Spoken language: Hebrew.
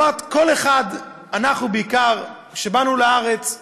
הוא אמר: כל אחד, אנחנו בעיקר, כשבאנו לארץ,